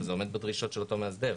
זה עומד בדרישות של אותו מאסדר.